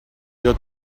your